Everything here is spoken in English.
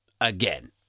again